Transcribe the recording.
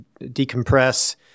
decompress